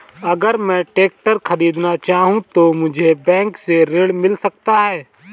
अगर मैं ट्रैक्टर खरीदना चाहूं तो मुझे बैंक से ऋण मिल सकता है?